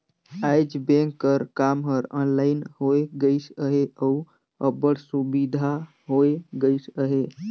आएज बेंक कर काम हर ऑनलाइन होए गइस अहे अउ अब्बड़ सुबिधा होए गइस अहे